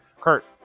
kurt